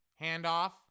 Handoff